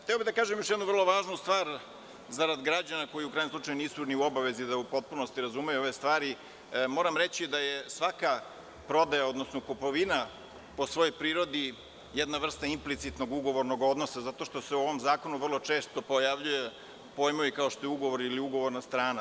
Hteo bih da kažem još jednu vrlo važnu stvar zarad građana koji nisu u obavezi da u potpunosti razumeju ove stvari, moram reći da je svaka prodaja odnosno kupovina po svojoj prirodi jedna vrsta implicitnog ugovornog odnosa zato što se u ovom zakonu vrlo često pojavljuju pojmovi kao što je – ugovor ili ugovorna strana.